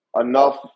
enough